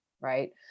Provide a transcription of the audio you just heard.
right